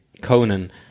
Conan